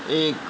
एक